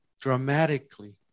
dramatically